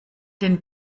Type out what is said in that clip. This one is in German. den